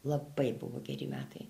labai buvo geri metai